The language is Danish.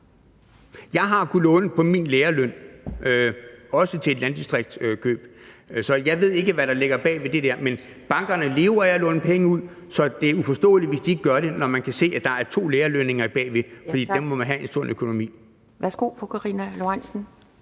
Jeg har kunnet låne på min lærerløn, også til et landdistriktskøb, så jeg ved ikke, hvad der ligger bag ved det der, men bankerne lever af at låne penge ud. Så det er uforståeligt, hvis de ikke gør det, når man kan se, at der er to lærerlønninger bagved. For med dem må man have en sund økonomi.